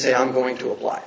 say i'm going to apply